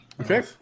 Okay